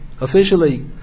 officially